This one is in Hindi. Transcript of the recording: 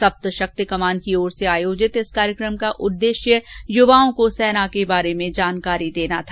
सप्तशक्ति कमान की ओर से आयोजित इस कार्यकम का उद्देश्य युवाओं को सेना के बारे में जानकारी देना था